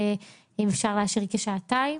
אם אפשר להשאיר כשעתיים,